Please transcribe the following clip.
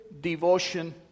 devotion